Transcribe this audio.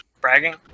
bragging